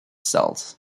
cells